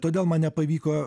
todėl man nepavyko